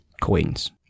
coins